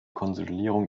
konsolidierung